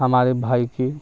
ہمارے بھائی کی